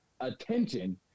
attention